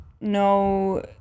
no